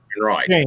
Right